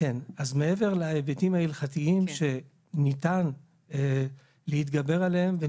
אז מעבר להיבטים ההלכתיים שניתן להתגבר עליהם,